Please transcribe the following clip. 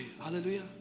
Hallelujah